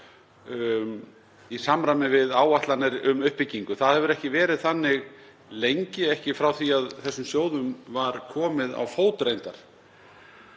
í samræmi við áætlanir um uppbyggingu. Það hefur ekki verið þannig lengi, reyndar ekki frá því að þessum sjóðum var komið á fót.